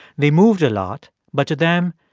they moved a lot, but to them,